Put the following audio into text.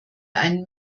einen